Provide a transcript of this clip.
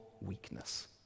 weakness